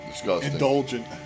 indulgent